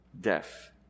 death